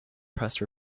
pressed